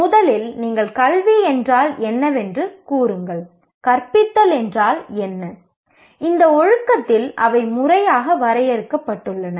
முதலில் நீங்கள் கல்வி என்றால் என்னவென்று கூறுங்கள் கற்பித்தல் என்றால் என்ன அதாவது இந்த ஒழுக்கத்தில் அவை முறையாக வரையறுக்கப்பட்டுள்ளன